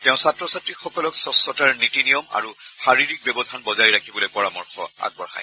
তেওঁ ছাত্ৰ ছাত্ৰীসকলক স্বচ্ছতাৰ নীতি নিয়ম আৰু শাৰীৰিক ব্যৱধান বজাই ৰাখিবলৈ পৰামৰ্শ দিয়ে